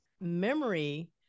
memory